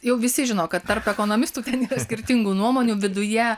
jau visi žino kad tarp ekonomistų ten yra skirtingų nuomonių viduje